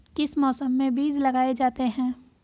किस मौसम में बीज लगाए जाते हैं?